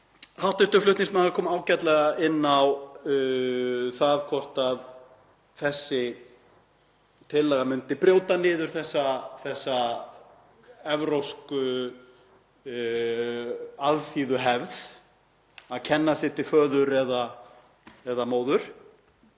Hv. flutningsmaður kom ágætlega inn á það hvort þessi tillaga myndi brjóta niður þá evrópsku alþýðuhefð að kenna sig til föður eða móður,